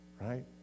right